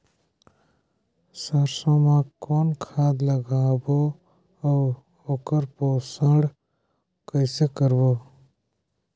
सरसो मा कौन खाद लगाबो अउ ओकर पोषण कइसे करबो?